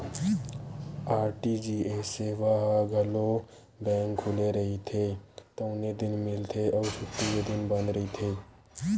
RTGS सेवा ह घलो बेंक खुले रहिथे तउने दिन मिलथे अउ छुट्टी के दिन बंद रहिथे